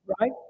right